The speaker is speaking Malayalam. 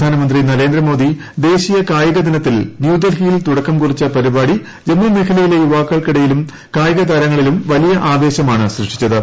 പ്രധാനമന്ത്രി നരേന്ദ്രമോദി ദേശീയ കായിക ദ്ദിനൃത്തിൽ ന്യൂഡൽഹിയിൽ തുടക്കം കുറിച്ച പരിപാടി ജമ്മു മേഖ്ലയിലെ യുവാക്കളിലും കായികതാരങ്ങളിലും വലിയ ആവേശമാണ് സൃഷ്ടിച്ചത്